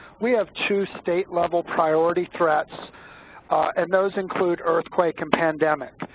we have two state-level priority threats and those include earthquake and pandemic.